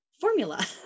formula